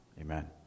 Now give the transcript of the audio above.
Amen